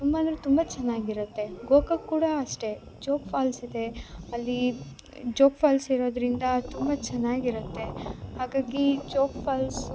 ತುಂಬ ಅಂದರೆ ತುಂಬ ಚೆನ್ನಾಗಿರತ್ತೆ ಗೋಕಾಕ್ ಕೂಡ ಅಷ್ಟೇ ಜೋಗ ಫಾಲ್ಸ್ ಇದೆ ಅಲ್ಲಿ ಜೋಗ ಫಾಲ್ಸ್ ಇರೋದರಿಂದ ತುಂಬ ಚೆನ್ನಾಗಿರತ್ತೆ ಹಾಗಾಗಿ ಜೋಗ್ ಫಾಲ್ಸು